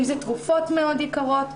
אם זה תרופות מאוד יקרות,